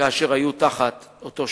כאשר היו תחת אותו שלטון.